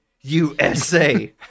USA